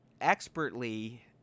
expertly